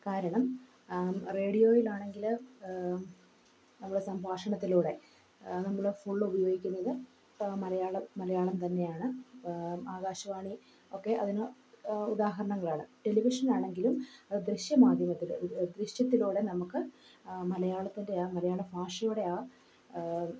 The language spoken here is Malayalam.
കാരണം റേഡിയോയിലാണെങ്കിൽ നമ്മുടെ സംഭാഷണത്തിലൂടെ നമ്മൾ ഫുള്ള് ഉപയോഗിക്കുന്നത് മലയാളം മലയാളം തന്നെയാണ് ആകാശവാണി ഒക്കെ അതിന് ഉദാഹരണങ്ങളാണ് ടെലിവിഷനാണെങ്കിലും ദൃശ്യമാധ്യമത്തിൽ ദൃശ്യത്തിലൂടെ നമുക്ക് മലയാളത്തിൻ്റെ ആ മലയാള ഭാഷയുടെ ആ